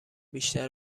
بیشتر